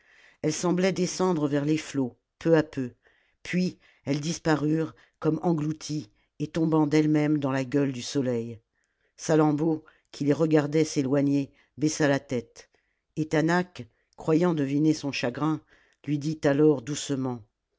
elles semblaient descendre vers les flots peu à peu puis elles disparurent comme englouties et tombant d'elle-même dans la gueule du soleil salammbô qui les regardait s'éloigner baissa la tête ettaanach croyant deviner son chagrin lui dit alors doucement